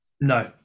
No